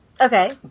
Okay